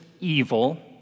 evil